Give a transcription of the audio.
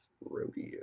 rodeo